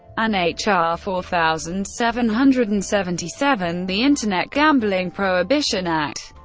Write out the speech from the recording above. and h r. four thousand seven hundred and seventy seven, the internet gambling prohibition act.